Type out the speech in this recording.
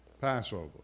Passover